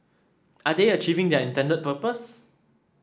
are they achieving their intended purpose